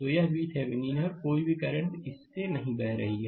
तो यह VThevenin है और कोई भी करंट इस से नहीं बह रहा है